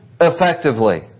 effectively